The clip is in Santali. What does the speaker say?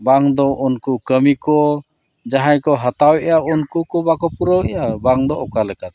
ᱵᱟᱝᱫᱚ ᱩᱱᱠᱩ ᱠᱟᱹᱢᱤ ᱠᱚ ᱡᱟᱦᱟᱸᱭ ᱠᱚ ᱦᱟᱛᱟᱣᱮᱫᱼᱟ ᱩᱱᱠᱩ ᱠᱚ ᱵᱟᱝᱠᱚ ᱯᱩᱨᱟᱹᱣᱮᱫᱟ ᱵᱟᱝᱫᱚ ᱚᱠᱟ ᱞᱮᱠᱟᱛᱮ